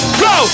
go